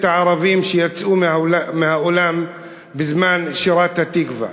הערבים שיצאו מהאולם בזמן שירת "התקווה".